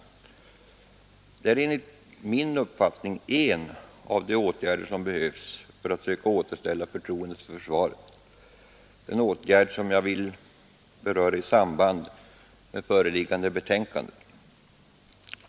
Detta är enligt min uppfattning en av de åtgärder som behövs för att söka fe Soi "Onsdagen den återställa förtroendet för försvaret, den åtgärd som jag vill beröra i 6 december 1972 samband med föreliggande betänkande.